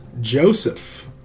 Joseph